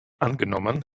angenommen